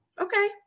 Okay